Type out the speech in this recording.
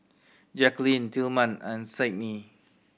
Jaquelin Tilman and Sydni